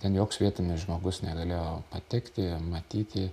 ten joks vietinis žmogus negalėjo patekti matyti